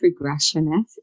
regressionist